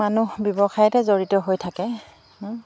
মানুহ ব্যৱসায়তে জড়িত হৈ থাকে